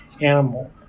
animal